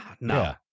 No